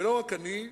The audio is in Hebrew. ולא רק אני,